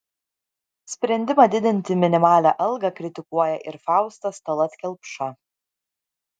sprendimą didinti minimalią algą kritikuoja ir faustas tallat kelpša